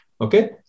Okay